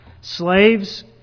Slaves